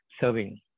serving